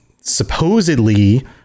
supposedly